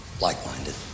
like-minded